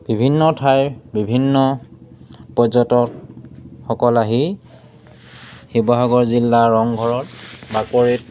বিভিন্ন ঠাইৰ বিভিন্ন পৰ্যটকসকল আহি শিৱসাগৰ জিলা ৰংঘৰত বাকৰিত